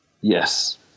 Yes